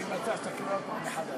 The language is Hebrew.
אני מציע שתתחיל עוד פעם מחדש.